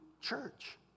church